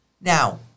Now